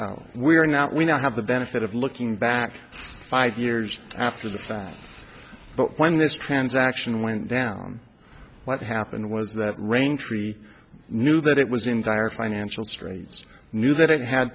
we are not we don't have the benefit of looking back five years after the fact but when this transaction went down what happened was that raintree knew that it was in dire financial straits knew that it had